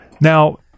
Now